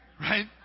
Right